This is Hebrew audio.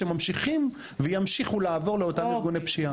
שממשיכים וימשיכו לעבור לאותם ארגוני פשיעה.